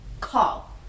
call